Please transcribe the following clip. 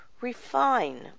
refine